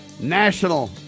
National